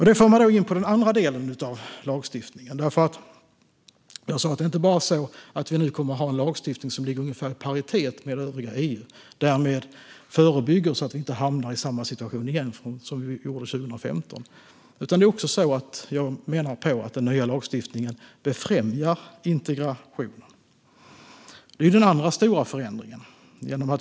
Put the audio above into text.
Det för mig in på den andra delen av lagstiftningen. Inte bara kommer vi att ha en lagstiftning som är ungefär i paritet med övriga EU och därmed förebygger så att vi inte hamnar i samma situation som 2015 igen. Jag menar att den nya lagstiftningen också befrämjar integration. Det är den andra stora förändringen.